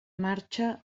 marxa